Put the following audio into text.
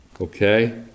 Okay